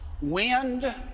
Wind